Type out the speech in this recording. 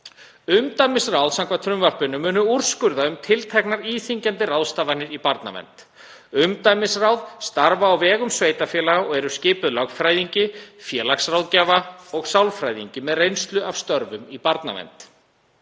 Umdæmisráð munu samkvæmt frumvarpinu úrskurða um tilteknar íþyngjandi ráðstafanir í barnavernd. Umdæmisráð starfa á vegum sveitarfélaga og eru skipuð lögfræðingi, félagsráðgjafa og sálfræðingi með reynslu af störfum í barnavernd.